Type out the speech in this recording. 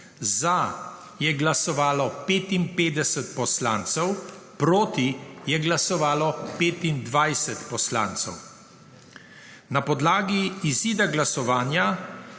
Za je glasovalo 63 poslancev, proti je glasovalo 10 poslancev. Na podlagi izida glasovanja